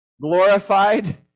glorified